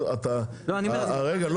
רגע,